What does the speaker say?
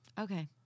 Okay